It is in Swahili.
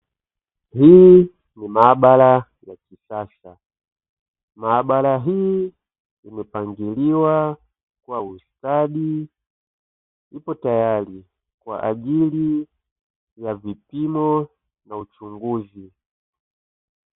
Hii ni maabara ya kisasa, maabara hii imepangiliwa kwa ustadi ipo tayari kwa ajili ya vipimo na uchunguzi.